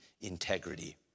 integrity